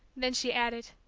then she added,